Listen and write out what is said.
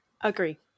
Agree